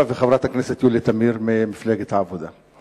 וחברת הכנסת יולי תמיר ממפלגת העבודה.